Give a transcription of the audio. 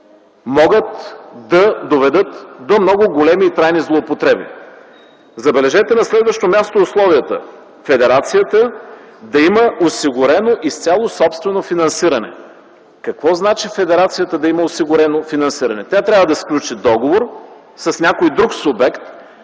могат да доведат до много големи и трайни злоупотреби. На следващо място, забележете условията – федерацията да има осигурено изцяло собствено финансиране. Какво означава федерацията да има осигурено финансиране? Тя трябва да сключи договор с някой друг субект,